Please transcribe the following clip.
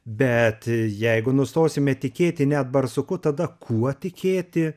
bet jeigu nustosime tikėti net barsuku tada kuo tikėti